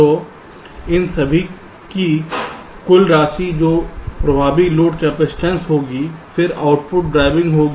तो इन सभी की कुल राशि जो प्रभावी लोड कैपेसिटेंस होगी फिर आउटपुट ड्राइविंग होगी